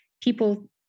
people